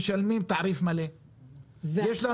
שהם יוצאים ב-05:00 בבוקר ויש פקקים.